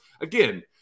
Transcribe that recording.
Again